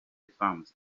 farms